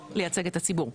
או לייצג את הציבור.